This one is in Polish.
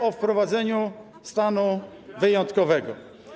o wprowadzeniu stanu wyjątkowego.